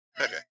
Okay